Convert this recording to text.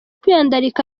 kwiyandarika